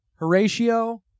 Horatio